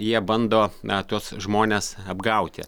jie bando na tuos žmones apgauti